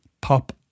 Pop